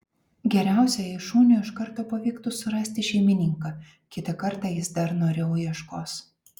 geriausia jei šuniui iš karto pavyktų surasti šeimininką kitą kartą jis dar noriau ieškos